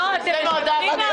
לא, אתם משקרים לבוחרים.